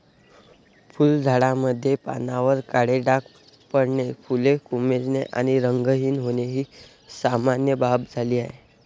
फुलझाडांमध्ये पानांवर काळे डाग पडणे, फुले कोमेजणे आणि रंगहीन होणे ही सामान्य बाब झाली आहे